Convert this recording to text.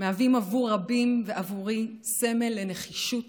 מהווים עבור רבים ועבורי סמל לנחישות